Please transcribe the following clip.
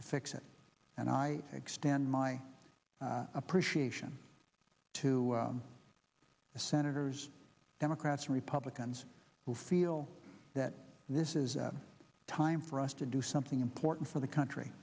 to fix it and i extend my appreciation to the senators democrats and republicans who feel that this is a time for us to do something important for the country